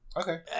Okay